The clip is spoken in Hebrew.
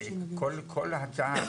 כל הצעה,